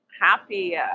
happy